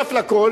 נוסף על הכול: